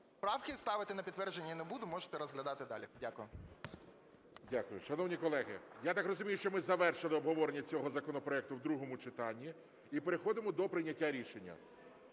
Правки я ставити на підтвердження не буду, можете розглядати далі. Дякую. ГОЛОВУЮЧИЙ. Шановні колеги, я так розумію, що ми завершили обговорення цього законопроекту в другому читанні і переходимо до прийняття рішення.